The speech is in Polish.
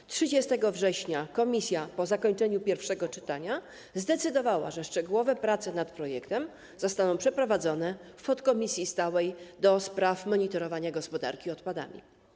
W dniu 30 września komisja po zakończeniu pierwszego czytania zdecydowała, że szczegółowe prace nad projektem zostaną przeprowadzone w podkomisji stałej do spraw monitorowania gospodarki odpadami.